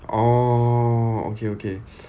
oh okay okay